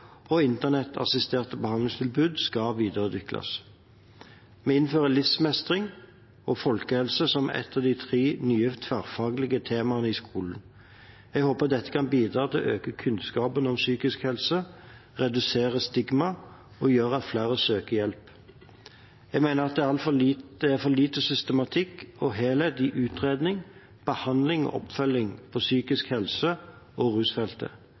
behandlingstilbud skal videreutvikles. Vi innfører livsmestring og folkehelse som et av tre nye tverrfaglige temaer i skolen. Jeg håper dette kan bidra til å øke kunnskapen om psykisk helse, redusere stigma og gjøre at flere søker hjelp. Jeg mener at det er for lite systematikk og helhet i utredning, behandling og oppfølging på psykisk helse- og rusfeltet.